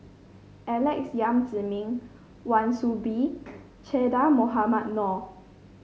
Alex Yam Ziming Wan Soon Bee Che Dah Mohamed Noor